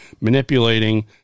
manipulating